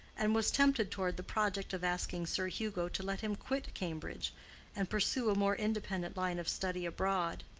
and was tempted toward the project of asking sir hugo to let him quit cambridge and pursue a more independent line of study abroad.